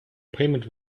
payment